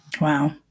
Wow